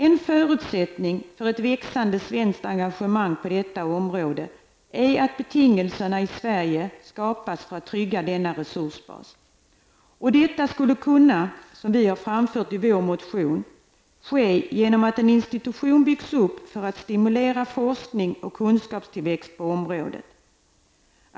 En förutsättning för ett växande svenskt engagemang på detta område är att betingelser skapas i Sverige, så att denna resursbas kan tryggas. Detta skulle kunna, som vi framför i vår motion, ske genom att en institution byggs upp för att stimulera forskning och kunskapstillväxt på området.